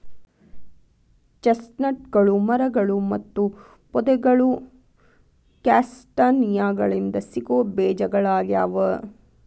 ಚೆಸ್ಟ್ನಟ್ಗಳು ಮರಗಳು ಮತ್ತು ಪೊದೆಗಳು ಕ್ಯಾಸ್ಟಾನಿಯಾಗಳಿಂದ ಸಿಗೋ ಬೇಜಗಳಗ್ಯಾವ